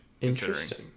Interesting